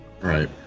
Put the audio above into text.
Right